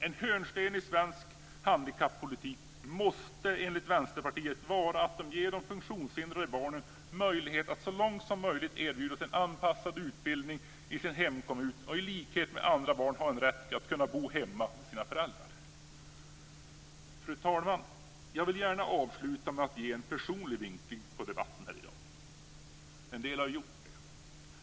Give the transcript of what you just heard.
En hörnsten i svensk handikappolitik måste enligt Vänsterpartiet vara att så långt som möjligt erbjuda de funktionshindrade barnen möjlighet till en anpassad utbildning i hemkommunen och en rätt att i likhet med andra barn kunna bo hemma med sina föräldrar. Fru talman! Jag vill gärna avsluta med att ge en personlig vinkling på debatten här i dag. En del andra har gjort det.